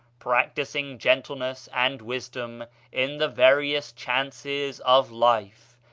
practising gentleness and wisdom in the various chances of life,